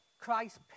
Christ